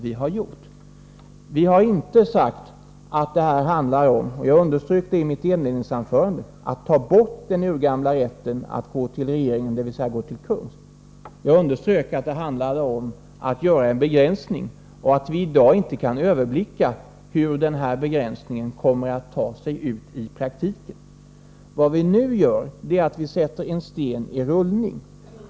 Vi har inte sagt att det handlar om — jag underströk detta i mitt inledningsanförande — att ta bort den urgamla rätten att gå till regeringen, dvs. att gå till kungs. Jag betonade att det handlar om att göra en begränsning och att vi i dag inte kan överblicka hur denna begränsning kommer att ta sig uti praktiken. Vad vi nu gör är att vi sätter en sten i rullning.